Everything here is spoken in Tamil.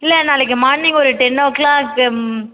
இல்லை நாளைக்கு மார்னிங் ஒரு டென் ஓ கிளாக்கு